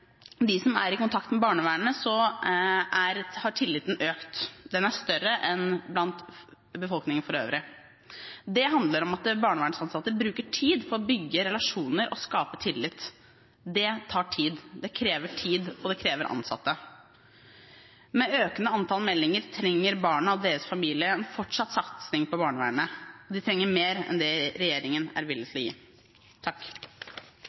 som er i kontakt med barnevernet, har tilliten økt, den er større enn blant befolkningen for øvrig. Det handler om at barnevernsansatte bruker tid på å bygge relasjoner og skape tillit. Det tar tid. Det krever tid, og det krever ansatte. Med et økende antall meldinger trenger barna og deres familier en fortsatt satsing på barnevernet, og de trenger mer enn det regjeringen er villig til å gi.